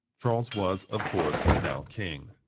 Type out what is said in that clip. charles was, of course, now king.